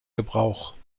gebrauch